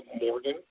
Morgan